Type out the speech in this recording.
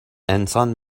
انسان